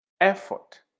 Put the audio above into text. effort